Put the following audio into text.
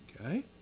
Okay